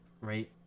right